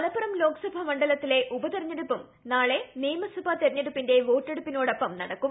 മലപ്പുറം ലോക്സഭാ മണ്ഡലത്തിലെ ഉപതെരഞ്ഞെടുപ്പും നാളെ നിയമസഭാ തെരഞ്ഞെടുപ്പിന്റെ വോട്ടെടുപ്പിനൊപ്പം നടക്കും